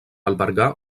albergar